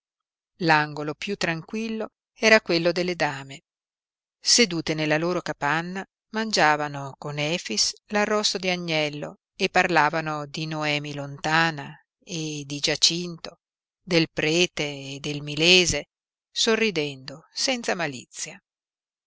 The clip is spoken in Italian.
l'angolo piú tranquillo era quello delle dame sedute nella loro capanna mangiavano con efix l'arrosto di agnello e parlavano di noemi lontana e di giacinto del prete e del milese sorridendo senza malizia